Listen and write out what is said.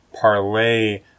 parlay